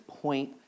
point